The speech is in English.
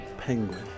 Penguin